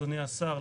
אדוני השר,